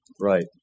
Right